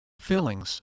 fillings